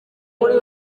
muri